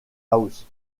house